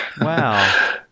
Wow